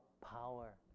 Power